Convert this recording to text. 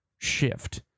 Shift